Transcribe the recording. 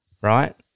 right